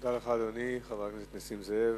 תודה לך, אדוני חבר הכנסת נסים זאב.